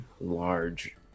large